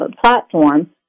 platform